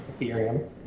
Ethereum